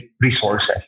resources